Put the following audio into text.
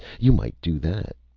you might do that.